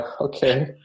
okay